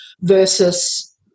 versus